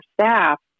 staff